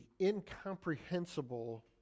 incomprehensible